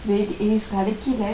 straight As கிடைக்கல:kidaikala